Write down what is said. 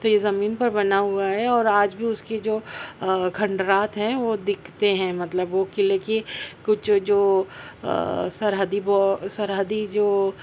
تو یہ زمین پر بنا ہوا ہے اور آج بھی اس کی جو کھنڈرات ہیں وہ دکھتے ہیں مطلب وہ قلعے کے کچھ جو سرحدی وہ سرحدی جو